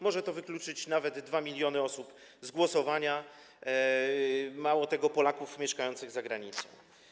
Może to wykluczyć nawet 2 mln osób z głosowania, mało tego, także Polaków mieszkających za granicą.